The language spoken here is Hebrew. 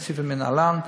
מוסיפים מנהלן,